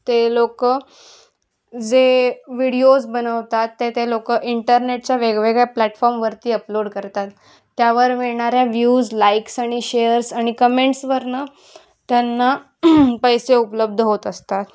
ते लोक जे व्हिडिओज बनवतात ते ते लोक इंटरनेटच्या वेगवेगळ्या प्लॅटफॉर्मवरती अपलोड करतात त्यावर मिळणाऱ्या व्यूज लाईक्स आणि शेअर्स आणि कमेंट्सवरून त्यांना पैसे उपलब्ध होत असतात